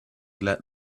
let